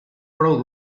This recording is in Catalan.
prou